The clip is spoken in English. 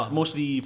mostly